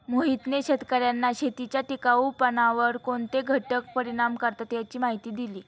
मोहितने शेतकर्यांना शेतीच्या टिकाऊपणावर कोणते घटक परिणाम करतात याची माहिती दिली